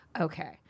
Okay